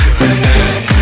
tonight